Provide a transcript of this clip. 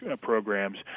Programs